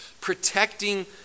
Protecting